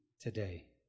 today